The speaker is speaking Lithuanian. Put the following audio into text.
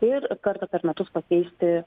ir kartą per metus pakeisti